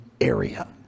area